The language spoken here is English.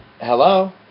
hello